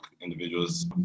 individuals